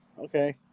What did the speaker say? okay